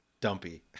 dumpy